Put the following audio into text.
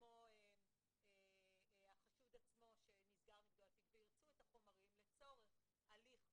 כמו החשוד עצמו שנסגר נגדו התיק וירצו את החומרים לצורך הליך,